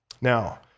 Now